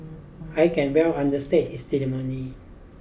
I can well understand his